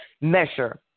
measure